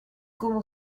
como